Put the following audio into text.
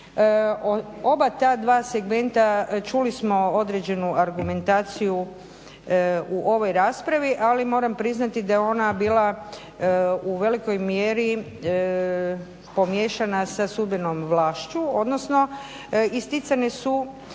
Oba ta dva segmenta, čuli smo određenu argumentaciju u ovoj raspravi, ali moram priznati da je ona bila u velikoj mjeri pomiješana sa sudbenom vlašću, odnosno isticane su